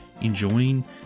enjoying